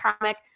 comic